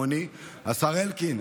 השר אלקין,